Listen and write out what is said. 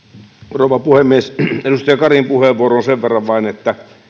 rouva puhemies edustaja karin puheenvuoroon sen verran vain että